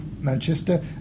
Manchester